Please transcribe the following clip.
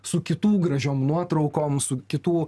su kitų gražiom nuotraukom su kitų